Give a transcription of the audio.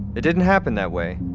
it didn't happen that way.